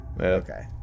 Okay